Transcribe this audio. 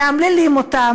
מאמללים אותם,